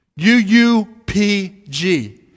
U-U-P-G